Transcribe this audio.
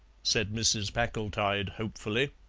said mrs. packletide hopefully.